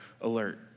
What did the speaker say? alert